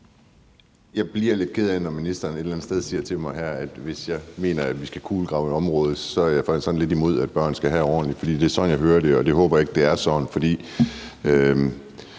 et eller andet sted her siger til mig, at hvis jeg mener, vi skal kulegrave et område, så er jeg faktisk sådan lidt imod, at børn skal have det ordentligt. For det er sådan jeg hører det, men jeg håber ikke, det er sådan.